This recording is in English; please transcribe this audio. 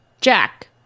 Jack